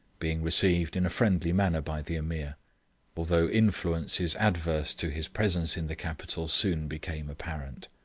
being received in a friendly manner by the ameer although influences adverse to his presence in the capital soon became apparent.